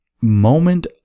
moment